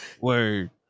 Word